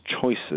choices